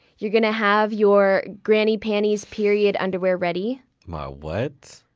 you're gonna have your granny panties period underwear ready my what?